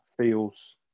feels